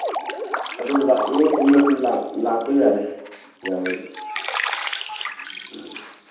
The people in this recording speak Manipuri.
ꯑꯗꯨꯝ ꯂꯥꯛꯅꯤꯡꯕ ꯃꯇꯝꯗ ꯑꯗꯨꯝ ꯂꯥꯛꯄ ꯌꯥꯔꯦ ꯌꯥꯕꯗꯤ ꯎꯝ